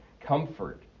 comfort